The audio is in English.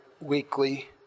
weekly